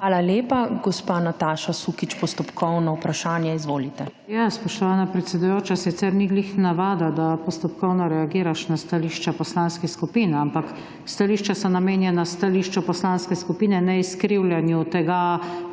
Hvala lepa. Gospa Nataša Sukič ima postopkovno vprašanje. Izvolite. **NATAŠA SUKIČ (PS Levica):** Spoštovana predsedujoča, sicer ni ravno navada, da postopkovno reagiraš na stališča poslanskih skupin, ampak stališča so namenjena stališču poslanske skupine, ne izkrivljanju tega,